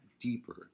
deeper